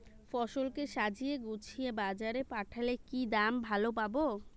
ফসল কে সাজিয়ে গুছিয়ে বাজারে পাঠালে কি দাম ভালো পাব?